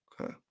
Okay